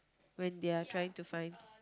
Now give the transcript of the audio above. when they're trying to find